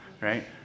right